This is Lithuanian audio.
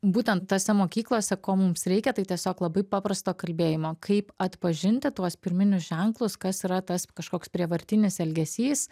būtent tose mokyklose ko mums reikia tai tiesiog labai paprasto kalbėjimo kaip atpažinti tuos pirminius ženklus kas yra tas kažkoks prievartinis elgesys